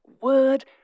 Word